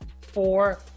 four